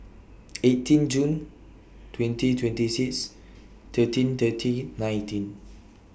eighteen June twenty twenty six thirteen thirty nineteen